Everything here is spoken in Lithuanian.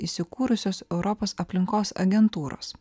įsikūrusios europos aplinkos agentūros